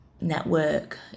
network